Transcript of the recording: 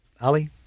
Ali